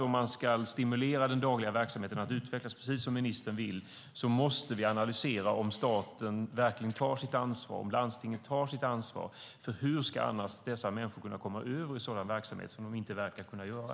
Om man ska stimulera den dagliga verksamheten att utvecklas, precis som ministern vill, måste vi analysera om staten och landstingen verkligen tar sitt ansvar. Hur ska annars dessa människor kunna komma över i sådan verksamhet, som de inte verkar kunna göra?